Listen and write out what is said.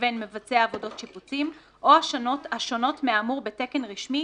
למבצע עבודות שיפוצים או השונות מהאמור בתקן רשמי